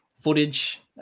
footage